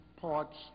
parts